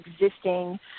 existing